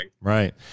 Right